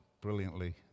brilliantly